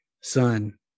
son